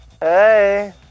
Hey